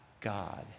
God